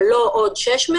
אבל לא עוד 600,